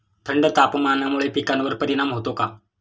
थंड तापमानामुळे पिकांवर परिणाम होतो का?